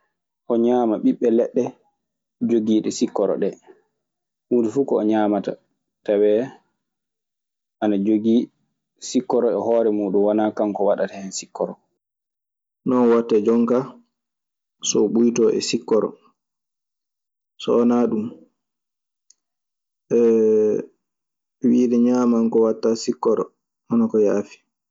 O ñaama ɓiɓɓe leɗɗe jogiiɗe sikkoro ɗee. Ɓuri fuf ko o ñaama tawee ana jogii sikkoro e hoore muuɗun wanaa kanko waɗta hen sikkoro. Non waɗta jon kaa so o ɓuytoo e sikkoro. SO wanaa ɗun wiide ñaaman ko waɗtaa sikkoro wanaa ko yaafi.